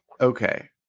Okay